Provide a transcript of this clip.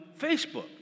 Facebook